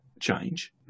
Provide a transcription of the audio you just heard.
change